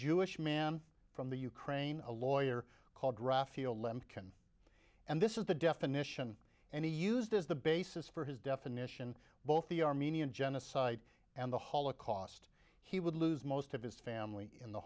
jewish man from the ukraine a lawyer called raffi can and this is the definition and he used as the basis for his definition both the armenian genocide and the holocaust he would lose most of his family in the